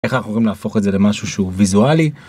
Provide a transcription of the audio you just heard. איך אנחנו הולכים להפוך את זה למשהו שהוא ויזואלי.